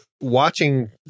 watching